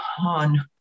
on